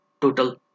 total